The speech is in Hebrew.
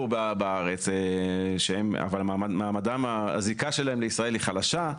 בארץ אבל הזיקה שלהם לישראל היא חלשה,